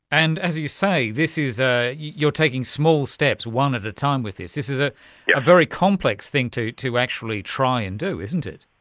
and as you say, this is a, you're taking small steps, one at a time, with this. this is a yeah very complex thing to to actually try and do, isn't it.